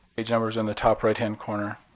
page number is on the top right-hand corner.